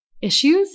issues